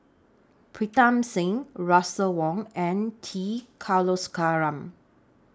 Pritam Singh Russel Wong and T Kulasekaram